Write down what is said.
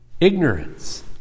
ignorance